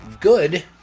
good